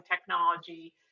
technology